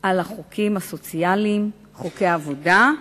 על החוקים הסוציאליים, חוקי העבודה,